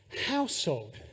household